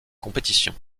compétition